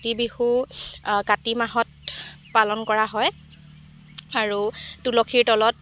কাতি বিহু কাতি মাহত পালন কৰা হয় আৰু তুলসীৰ তলত